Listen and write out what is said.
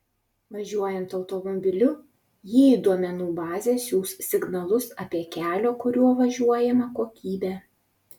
važiuojant automobiliu ji į duomenų bazę siųs signalus apie kelio kuriuo važiuojama kokybę